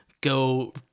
go